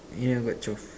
yeah got twelve